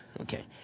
Okay